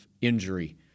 injury